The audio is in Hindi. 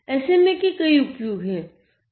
SMA के कई उपयोग हैं